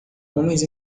homens